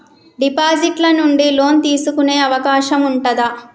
Deposit ల నుండి loan తీసుకునే అవకాశం ఉంటదా?